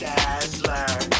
Dazzler